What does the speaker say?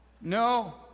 No